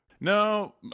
No